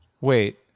Wait